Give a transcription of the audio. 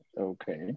Okay